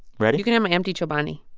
ready? you can have my empty chobani